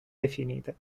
definite